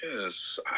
Yes